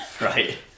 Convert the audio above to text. Right